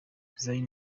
zayn